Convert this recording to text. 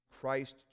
Christ